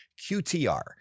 QTR